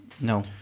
No